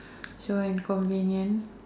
so and convenient